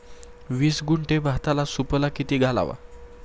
वीस गुंठे भाताला सुफला किती घालावा?